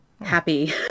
happy